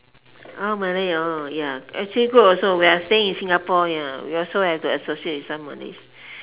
orh Malay oh ya actually good also we are staying in Singapore ya we also have to associate with some Malays